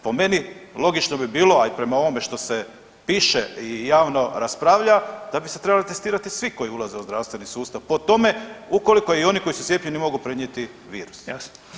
Po meni logično bi bilo, a i prema ovome što se piše i javno raspravlja, da bi se trebali testirati svi koji ulaze u zdravstveni sustav po tome ukoliko i oni koji su cijepljeni mogu prenijeti virus.